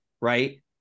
right